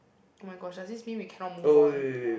oh-my-gosh does this mean we cannot move on